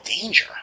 danger